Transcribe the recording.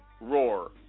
Roar